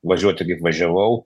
važiuoti kaip važiavau